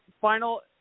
final